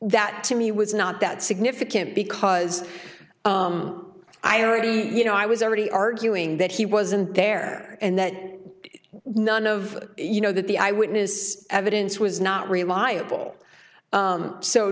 that to me was not that significant because i already you know i was already arguing that he wasn't there and that none of you know that the eyewitness evidence was not reliable